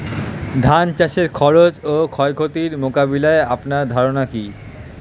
ধান চাষের খরচ ও ক্ষয়ক্ষতি মোকাবিলায় আপনার ধারণা কী?